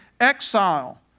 exile